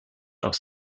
aus